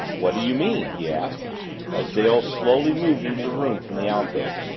what do you mean? he asked as dale slowly moved into the room from the alcove,